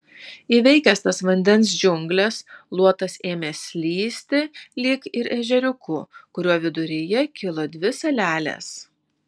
įveikęs tas vandens džiungles luotas ėmė slysti lyg ir ežeriuku kurio viduryje kilo dvi salelės